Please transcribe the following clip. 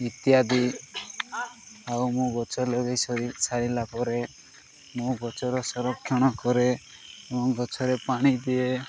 ଇତ୍ୟାଦି ଆଉ ମୁଁ ଗଛ ଲଗାଇ ସାରିଲା ପରେ ମୁଁ ଗଛର ସଂରକ୍ଷଣ କରେ ମୁଁ ଗଛରେ ପାଣି ଦିଏ